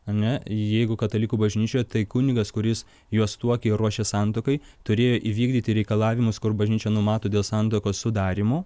ane jeigu katalikų bažnyčioje tai kunigas kuris juos tuokė ruošė santuokai turėjo įvykdyti reikalavimus kur bažnyčia numato dėl santuokos sudarymų